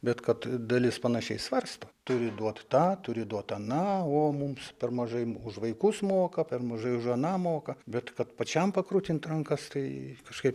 bet kad dalis panašiai svarsto turi duot tą turi duot aną o mums per mažai už vaikus moka per mažai už aną moka bet kad pačiam pakrutint rankas tai kažkaip